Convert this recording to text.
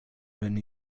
been